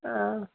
आ